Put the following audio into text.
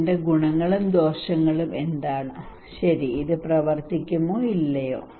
ഇതിന്റെ ഗുണങ്ങളും ദോഷങ്ങളും എന്താണ് ശരി ഇത് പ്രവർത്തിക്കുമോ ഇല്ലയോ